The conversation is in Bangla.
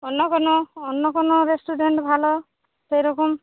অন্য কোনও অন্য কোনও রেস্টুরেন্ট ভালো সেই রকম